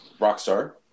Rockstar